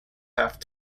have